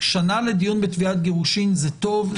שנה לדיון בתביעת הגירושין זה טוב,